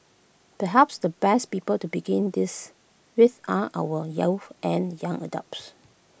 perhaps the best people to begin this with are our youths and young adopts